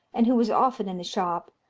and who was often in the shop,